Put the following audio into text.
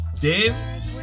Dave